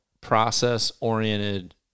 process-oriented